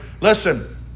Listen